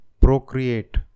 procreate